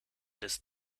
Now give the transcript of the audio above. des